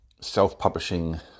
self-publishing